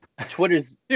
Twitter's